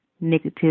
negative